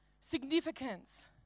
significance